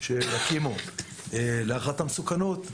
שהקים משרד הרווחה להערכת מסוכנות,